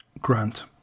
Grant